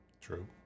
True